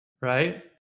right